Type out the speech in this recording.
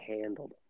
handled